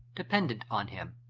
dependent on him.